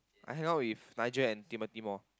I hang out with Nigel and Timothy more